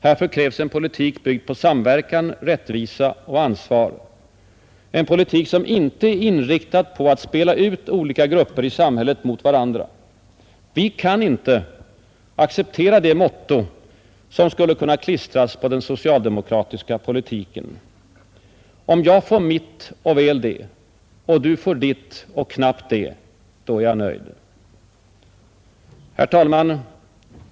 Härför krävs en politik byggd på samverkan, rättvisa och ansvar, en politik som inte är inriktad på att spela ut olika grupper i samhället mot varandra. Vi kan inte acceptera det motto som skulle kunna klistras på den socialdemokratiska politiken: ”Om jag får mitt och väl det och du får ditt och knappt det, då är jag nöjd.” Herr talman!